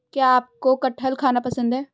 क्या आपको कठहल खाना पसंद है?